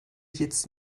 jetzt